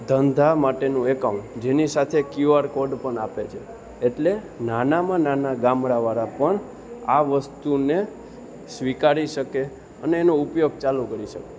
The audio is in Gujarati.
ધંધા માટેનું એકાઉન્ટ જેની સાથે ક્યુઆર કોડ પણ આપે છે એટલે નાનામાં નાના ગામડાવાળા પણ આ વસ્તુને સ્વીકારી શકે અને એનો ઉપયોગ ચાલુ કરી શકે